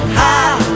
high